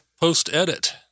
post-edit